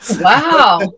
Wow